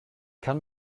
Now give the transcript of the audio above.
kann